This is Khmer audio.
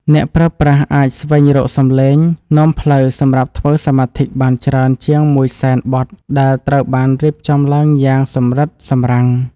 អ្នកប្រើប្រាស់អាចស្វែងរកសំឡេងនាំផ្លូវសម្រាប់ធ្វើសមាធិបានច្រើនជាងមួយសែនបទដែលត្រូវបានរៀបចំឡើងយ៉ាងសម្រិតសម្រាំង។